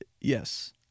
Yes